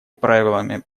правилами